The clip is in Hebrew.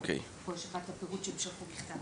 פה יש את הפירוט שהם שלחו בכתב.